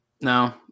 No